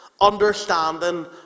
understanding